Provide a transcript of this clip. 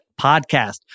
podcast